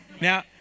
Now